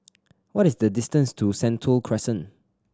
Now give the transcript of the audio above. what is the distance to Sentul Crescent